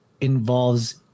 involves